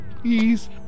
Please